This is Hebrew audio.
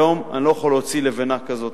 היום אני לא יכול להוציא לבנה כזאת.